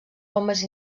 homes